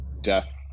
death